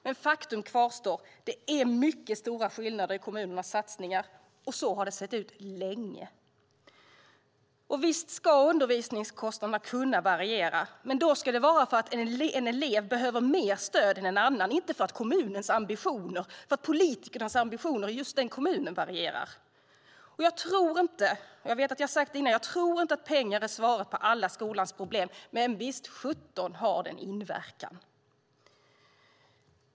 Men faktum kvarstår: Det är mycket stora skillnader mellan kommunernas satsningar, och så har det sett ut länge. Visst ska undervisningskostnaderna kunna variera, men då ska det vara för att en elev behöver mer stöd än en annan, inte för att kommunernas och deras politikers ambitioner varierar. Jag tror inte - jag vet att jag har sagt det tidigare - att pengar är svaret på alla skolans problem. Men visst sjutton har de inverkan!